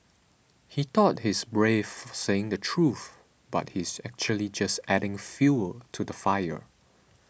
he thought he's brave for saying the truth but he's actually just adding fuel to the fire